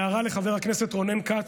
הערה לחבר הכנסת רונן כץ.